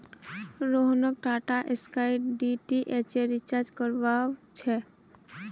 रोहनक टाटास्काई डीटीएचेर रिचार्ज करवा व स छेक